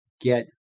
get